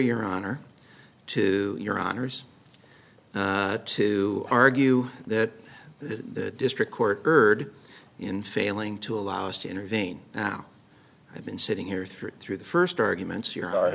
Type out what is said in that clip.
your honor to your honor's to argue that the district court heard in failing to allow us to intervene now i've been sitting here through through the first arguments your heart